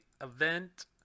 event